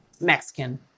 Mexican